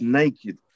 naked